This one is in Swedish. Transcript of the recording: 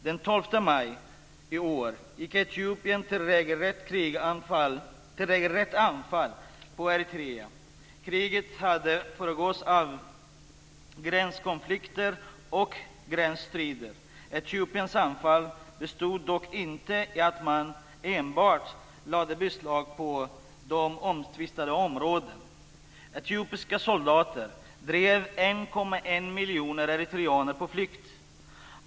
Den 12 maj i år gick Etiopien till regelrätt anfall mot Eritrea. Kriget hade föregåtts av gränskonflikter och gränsstrider. Etiopiens anfall bestod dock inte enbart i att man lade beslag på de omtvistade områdena. Etiopiska soldater drev 1,1 miljoner eritreaner på flykt.